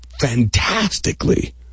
fantastically